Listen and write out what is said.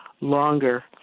longer